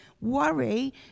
worry